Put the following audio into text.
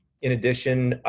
in addition,